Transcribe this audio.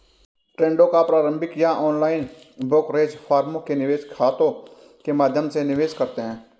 ट्रेडों को पारंपरिक या ऑनलाइन ब्रोकरेज फर्मों के निवेश खातों के माध्यम से निवेश करते है